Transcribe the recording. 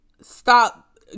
stop